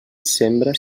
sembra